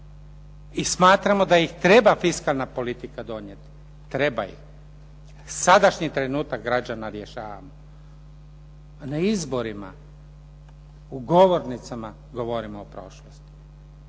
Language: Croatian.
I smatramo da ih treba fiskalna politika donijeti, treba ih, sadašnji trenutak građana rješavamo a ne izborima, u govornicima govorimo o prošlosti.